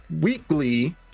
weekly